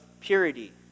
purity